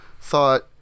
thought